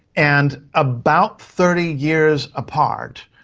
and about thirty years apart,